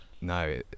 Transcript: no